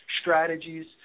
strategies